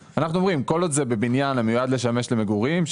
אומרים: כל עוד זה בבניין המיועד לשמש למגורים,